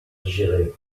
digérer